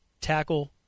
tackle